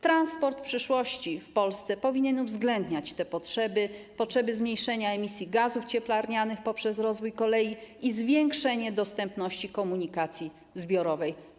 Transport przyszłości w Polsce powinien uwzględniać te potrzeby, potrzebę zmniejszenia emisji gazów cieplarnianych poprzez rozwój kolei i zwiększenia dostępności komunikacji zbiorowej.